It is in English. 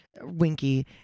winky